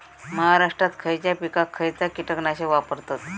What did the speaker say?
महाराष्ट्रात खयच्या पिकाक खयचा कीटकनाशक वापरतत?